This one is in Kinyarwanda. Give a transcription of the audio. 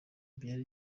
ibyari